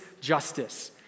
justice